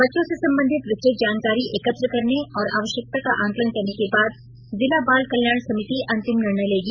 बच्चों से संबंधित विस्तृत जानकारी एकत्र करने और आवश्यकता का आंकलन करने के बाद जिला बाल कल्याण समिति अंतिम निर्णय लेगी